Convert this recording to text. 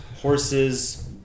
horses